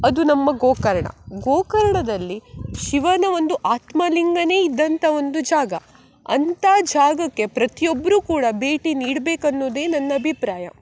ಅದು ನಮ್ಮ ಗೋಕರ್ಣ ಗೋಕರ್ಣದಲ್ಲಿ ಶಿವನ ಒಂದು ಆತ್ಮಲಿಂಗವೇ ಇದ್ದಂಥ ಒಂದು ಜಾಗ ಅಂಥ ಜಾಗಕ್ಕೆ ಪ್ರತಿಯೊಬ್ಬರೂ ಕೂಡ ಭೇಟಿ ನೀಡ್ಬೇಕು ಅನ್ನುವುದೇ ನನ್ನ ಅಭಿಪ್ರಾಯ